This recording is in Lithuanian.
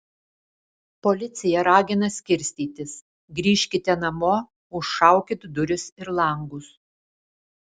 policija ragina skirstytis grįžkite namo užšaukit duris ir langus